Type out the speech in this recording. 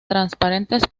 transparentes